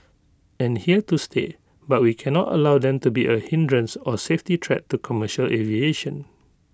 are here to stay but we can not allow them to be A hindrance or safety threat to commercial aviation